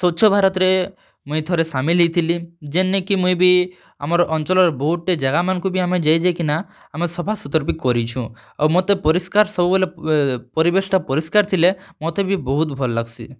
ସ୍ୱଚ୍ଛ ଭାରତ୍ରେ ମୁଇଁ ଥରେ ସାମିଲ୍ ହେଇଥିଲି ଯେନେ କେ ମୁଇଁ ବି ଆମର୍ ଅଞ୍ଚଲ୍ ର ବହୁତ୍ଟେ ଜାଗାମାନ୍ଙ୍କୁ ବି ଆମେ ଯାଇ ଯାଇ କିନା ଆମେ ସଫା ସୁତର୍ ବି କରିଛୁଁ ଆଉ ମତେ ପରିଷ୍କାର୍ ସବୁବେଲେ ପରିବେଶ୍'ଟା ପରିଷ୍କାର୍ ଥିଲେ ମତେ ବି ବହୁତ୍ ଭଲ୍ ଲାଗ୍ସି